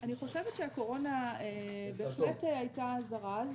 אני חושבת שהקורונה בהחלט הייתה זרז,